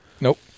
Nope